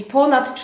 ponad